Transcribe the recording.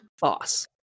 boss